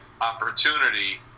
opportunity